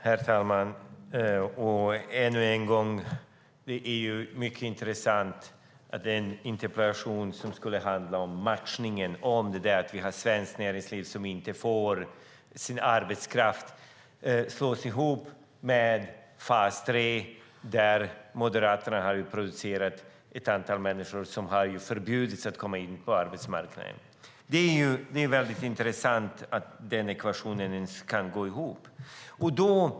Herr talman! Än en gång: Det är mycket intressant att en interpellation som skulle handla om matchningen - om att vi har ett svenskt näringsliv som inte får arbetskraft - slås ihop med en interpellation om fas 3, där Moderaterna har placerat ett antal människor som har förbjudits att komma in på arbetsmarknaden. Det är intressant att den ekvationen ens kan gå ihop.